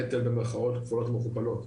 נטל במרכאות כפולות ומכופלות.